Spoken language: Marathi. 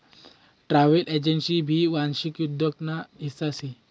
ट्रॅव्हल एजन्सी भी वांशिक उद्योग ना हिस्सा शे